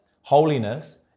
holiness